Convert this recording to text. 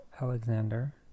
alexander